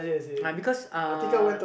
uh because uh